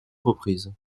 reprises